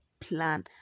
plan